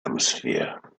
atmosphere